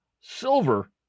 silver